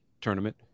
tournament